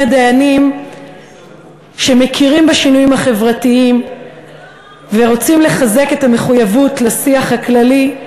דיינים שמכירים בשינויים החברתיים ורוצים לחזק את המחויבות לשיח הכללי,